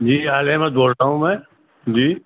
جی آل احمد بول رہا ہوں میں جی